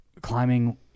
climbing